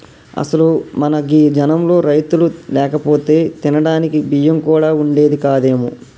అసలు మన గీ జనంలో రైతులు లేకపోతే తినడానికి బియ్యం కూడా వుండేది కాదేమో